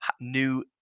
new